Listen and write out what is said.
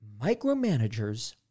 micromanagers